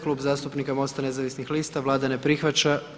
Klub zastupnika MOST-a nezavisnih lista, Vlada ne prihvaća.